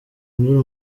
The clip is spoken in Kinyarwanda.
mbura